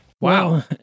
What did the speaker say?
Wow